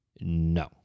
No